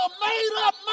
made-up